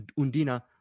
Undina